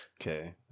Okay